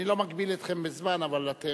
אני לא מגביל אתכם בזמן, אבל אתם,